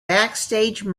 backstage